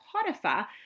Potiphar